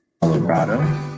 Colorado